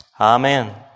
Amen